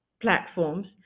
platforms